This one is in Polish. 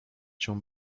cię